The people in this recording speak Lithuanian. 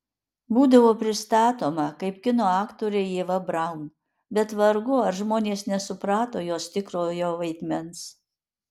būdavo pristatoma kaip kino aktorė ieva braun bet vargu ar žmonės nesuprato jos tikrojo vaidmens